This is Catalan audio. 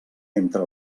entre